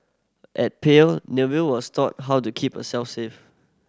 at Pave Nellie was taught how to keep herself safe